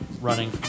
running